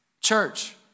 church